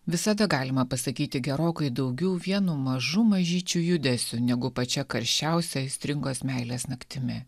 visada galima pasakyti gerokai daugiau vienu mažu mažyčiu judesiu negu pačia karščiausia aistringos meilės naktimi